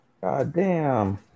goddamn